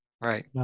right